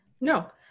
No